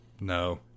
no